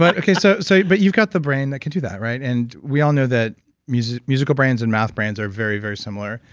but, so so but you've got the brain that can do that, right? and we all know that musical musical brains and math brains are very, very similar.